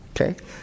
okay